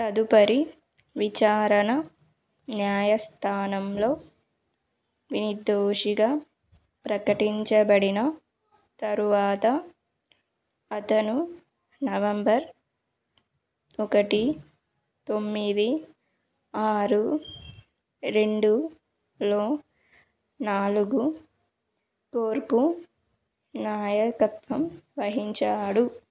తదుపరి విచారణ న్యాయస్థానంలో నిర్దోషిగా ప్రకటించబడిన తరువాత అతను నవంబర్ ఒకటి తొమ్మిది ఆరు రెండులో నాలుగు కోర్కు నాయకత్వం వహించాడు